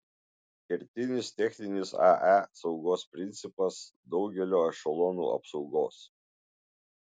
kertinis techninis ae saugos principas daugelio ešelonų apsaugos